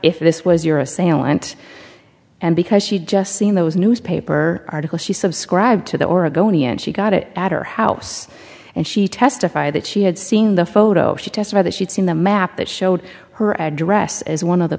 if this was your assailant and because she'd just seen those newspaper articles she subscribed to the oregonian she got it at her house and she testified that she had seen the photo she testified that she'd seen the map that showed her address as one of the